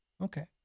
Okay